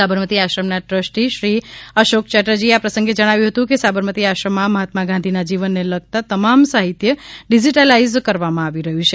સાબરમતી આશ્રમના ટ્રસ્ટી શ્રી અશોક ચેટર્જીએ આ પ્રસંગે જણાવ્યું હતું કે સાબરમતી આશ્રમમાં મહાત્મા ગાંધીના જીવનને લગતું તમામ સાહિત્ય ડીજીટાઇઝ કરવામાં આવી રહ્યું છે